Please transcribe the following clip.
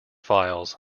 files